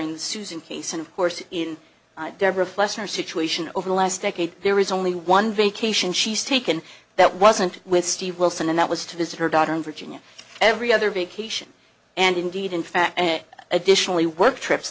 the susan case and of course in deborah fluster situation over the last decade there is only one vacation she's taken that wasn't with steve wilson and that was to visit her daughter in virginia every other vacation and indeed in fact additionally work trips